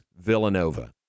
Villanova